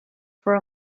for